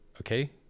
Okay